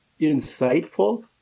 insightful